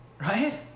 Right